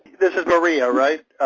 this is maria right?